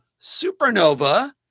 supernova